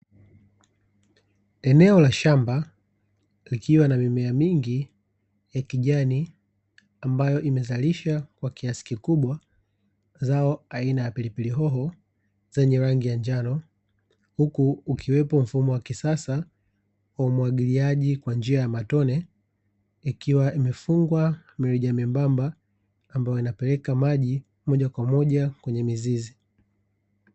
Eneo la shamba likiwa na mimea mingi ya kijani, ambayo imezalisha kwa kiasi kikubwa zao aina ya pilipili hoho zenye rangi ya njano, huku ukiwepo mfumo wa kisasa wa umwagiliaji kwa njia ya matone, ikiwa imefungwa kwa mirija membamba ambayo inapeleka maji moja kwa moja kwenye mizizi.